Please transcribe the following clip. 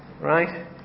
right